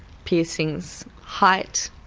piercings, height,